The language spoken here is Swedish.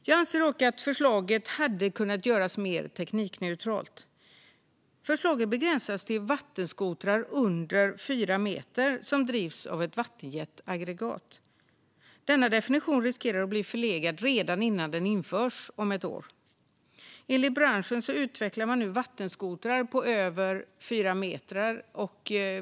Jag anser dock att förslaget hade kunnat göras mer teknikneutralt. Förslaget begränsas till vattenskotrar under fyra meter som drivs av ett vattenjetaggregat. Denna definition riskerar att bli förlegad redan innan den införs om ett år. Enligt branschen utvecklar man nu vattenskotrar på över fyra meter.